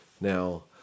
Now